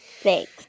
thanks